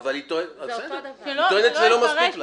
לא מספיק לה.